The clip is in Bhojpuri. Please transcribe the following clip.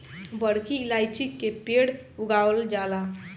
बड़की इलायची के पेड़ उगावल जाला